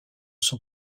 son